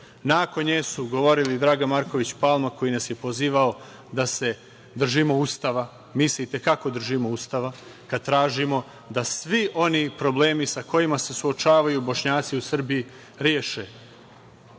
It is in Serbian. Nakon nje su govorili Dragan Marković Palma, koji nas je pozivao da se držimo Ustava. Mi se i te kako držimo Ustava, kada tražimo da svi oni problemi sa kojima se suočavaju Bošnjaci u Srbiji